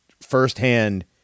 firsthand